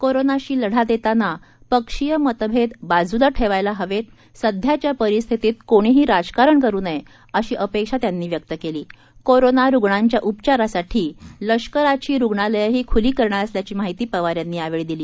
कोरोनाशी लढा देताना पक्षीय मतभेद बाजूला ठेवायला हवे असे म्हणाले सध्याच्या परिस्थितीत कोणीही राजकारण करू नये अशी अपेक्षा त्यांनी व्यक्त केली कोरोना रुग्णांच्या उपचारासाठी लष्कराची रुग्णालयंही खुली करणार असल्याची माहिती पवार यांनी यावेळी दिली